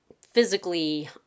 physically